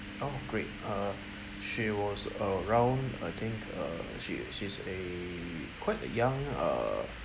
oh great uh she was around I think uh she she's a quite a young err